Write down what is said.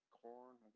corn